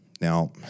Now